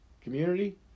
community